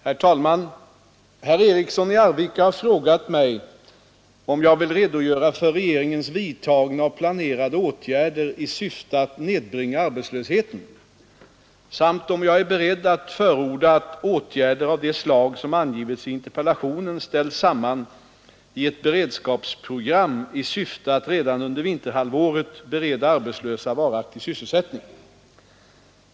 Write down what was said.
Herr talman! Herr Eriksson i Arvika har frågat mig om jag vill redogöra för regeringens vidtagna och planerade åtgärder i syfte att nedbringa arbetslösheten samt om jag är beredd att förorda att åtgärder av det slag som angivits i interpellationen ställs samman i ett beredskapsprogram i syfte att redan under vinterhalvåret bereda arbetslösa varaktig sysselsättning.